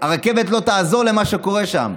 הרכבת לא תעזור למה שקורה שם.